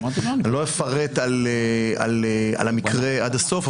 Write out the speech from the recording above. אני לא אפרט על המקרה עד הסוף,